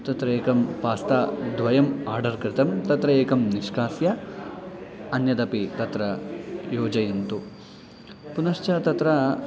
तत्र एकं पास्ता द्वयम् आर्डर् कृतं तत्र एकं निष्कास्य अन्यदपि तत्र योजयन्तु पुनश्च तत्र